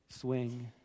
swing